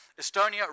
Estonia